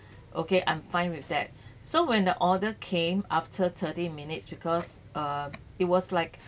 okay I'm fine with that so when the order came after thirty minutes because uh it was like